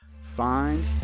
find